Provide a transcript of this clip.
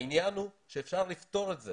העניין הוא שאפשר לפתור את זה